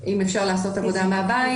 אם אפשר לעשות עבודה מהבית